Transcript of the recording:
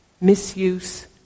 misuse